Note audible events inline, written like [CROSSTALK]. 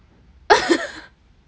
[LAUGHS]